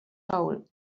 hole